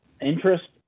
interest